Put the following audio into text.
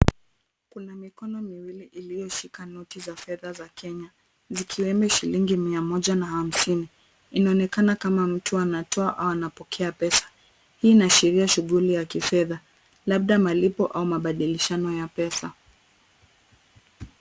Kuna mikono miwili iliyoshika noti za fedha za Kenya, zikiwemo shilingi mia moja na hamsini. Inaonekana kama mtu anatoa au anapokea pesa. Hii inaashiria shughuli ya kifedha labda malipo au mabadilishano ya pesa.